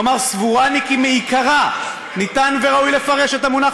"סבורני כי מעיקרא ניתן וראוי לפרש את המונח